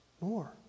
More